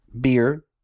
beer